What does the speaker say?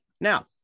Now